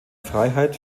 freiheit